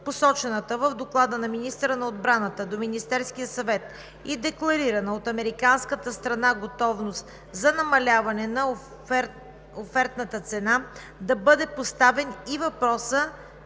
посочената в доклада на министъра на отбраната до Министерския съвет и декларирана от американската страна готовност за намаляване на офертната цена, да бъде поставен и въпросът